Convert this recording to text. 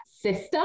system